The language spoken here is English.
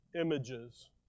images